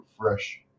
fresh